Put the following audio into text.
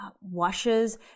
washes